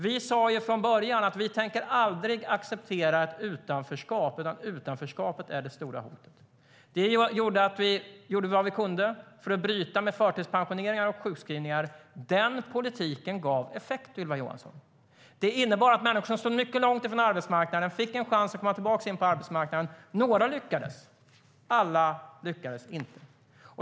Vi sa från början: Vi tänker aldrig acceptera ett utanförskap, utan utanförskapet är det stora hotet. Det gjorde att vi gjorde vad vi kunde för att bryta med förtidspensioneringar och sjukskrivningar. Den politiken gav effekt, Ylva Johansson. Detta innebar att människor som stod mycket långt från arbetsmarknaden fick en chans att komma tillbaka in på arbetsmarknaden. Några lyckades. Alla lyckades inte.